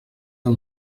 del